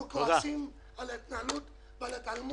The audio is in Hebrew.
אנחנו כועסים על התנהלות ועל ההתעלמות,